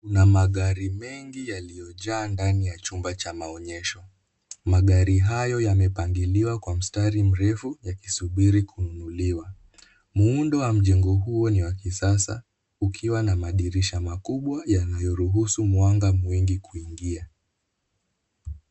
Kuna magari mengi yaliyojaa ndani ya chumba cha maonyesho. Magari hayo yamepangiliwa kwa mstari mrefu yakisubiri kununuliwa. Muundo wa mjengo huo ni wa kisasa ukiwa na madirisha makubwa yanayoruhusu mwanga mwingi kuingia.